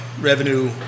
revenue